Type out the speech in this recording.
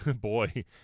boy